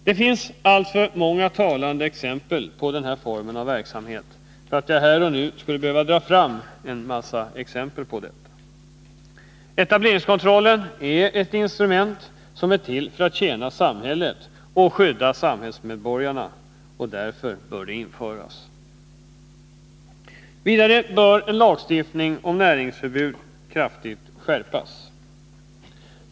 Det finns alltför många talande exempel på denna form av verksamhet för att jag här och nu skall behöva dra fram sådana exempel. Etableringskontroll är ett instrument som är till för att tjäna samhället och skydda samhällsmedborgarna och bör därför införas. Vidare bör lagstiftningen om näringsförbud kraftigt skärpas.